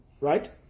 Right